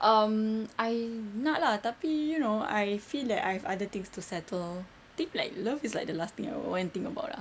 um I nak lah tapi you know I feel like I've other things to settle think like love is like the last thing I would want to think about ah